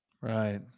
Right